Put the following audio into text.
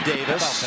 Davis